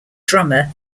drummer